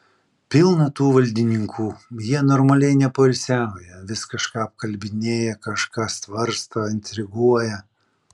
pilna tų valdininkų jie normaliai nepoilsiauja vis kažką apkalbinėja kažką svarsto intriguoja